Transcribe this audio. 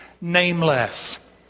nameless